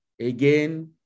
again